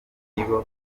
nibo